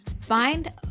find